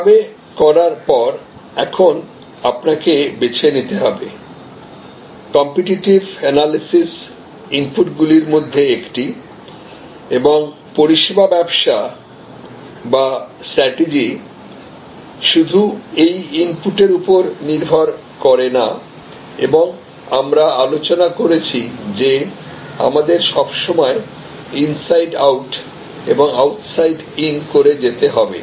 এভাবে করার পর এখন আপনাকে বেছে নিতে হবেকম্পিটিটিভ অ্যানালিসিস ইনপুট গুলির মধ্যে একটি এবং পরিষেবা ব্যবসা বা স্ট্যাটিজি শুধু এই ইনপুট এর উপর নির্ভর করে না এবং আমরা আলোচনা করেছি যে আমাদের সবসময় ইনসাইড আউট এবং আউটসাইড ইন করে যেতে হবে